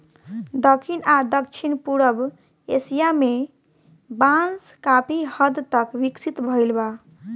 दखिन आ दक्षिण पूरब एशिया में बांस काफी हद तक विकसित भईल बा